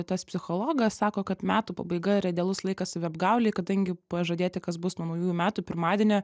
tas psichologas sako kad metų pabaiga yra idealus laikas saviapgaulei kadangi pažadėti kas bus nuo naujųjų metų pirmadienio